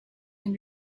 and